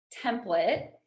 template